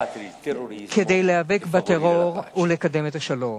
למאבק בטרור ולקידום השלום.